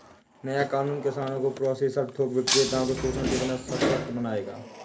नया कानून किसानों को प्रोसेसर थोक विक्रेताओं को शोषण के बिना सशक्त बनाएगा